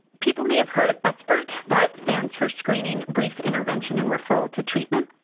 people may have heard of sbirt, that stands for screening, brief intervention, and referral to treatment.